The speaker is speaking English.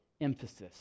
emphasis